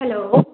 hello